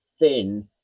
thin